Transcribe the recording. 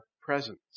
presence